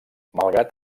malgrat